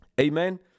amen